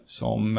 som